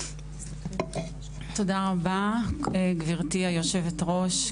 תודה רבה, גברתי היושבת-ראש.